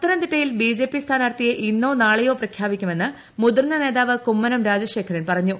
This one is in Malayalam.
പത്തനംതിട്ടയിൽ ബി ജെ പി സ്ഥാനാർത്ഥിയെ ഇന്നോ നാളെയോ പ്രഖ്യാപിക്കുമെന്ന് മുതിർന്ന നേതാവ് കുമ്മനം രാജശേഖരൻ പറഞ്ഞു